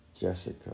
Jessica